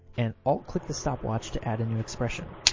and alt click the stopwatch, to add a new expression.